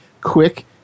quick